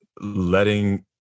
letting